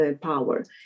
power